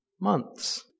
months